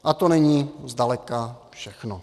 A to není zdaleka všechno.